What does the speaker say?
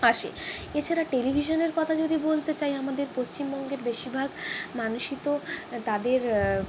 আসে এছাড়া টেলিভিশনের কথা যদি বলতে চাই আমাদের পশ্চিমবঙ্গে বেশিরভাগ মানুষই তো তাদের